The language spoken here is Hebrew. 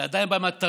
אתה עדיין בא מהתרבות